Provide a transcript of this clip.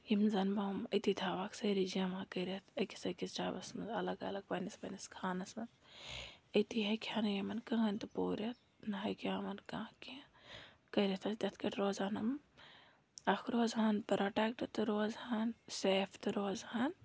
یِم زَنہٕ بہٕ یِم أتی تھاوَکھ سٲری جمع کٔرِتھ أکِس أکِس جَبَس منٛز الَگ الَگ پنٛنِس پنٛنِس خانَس منٛز أتی ہیٚکہِ ہا نہٕ یِمَن کٕہٕنۍ تہِ پوٗرِتھ نہ ہیٚکہِ ہہ یِمَن کانٛہہ کیٚنٛہہ کٔرِتھ اَسۍ تِتھ کٲٹھۍ روزان یِم اَکھ روزہَن پرٛوٹیکٹ تہِ روزَن سیف تہِ روزہَن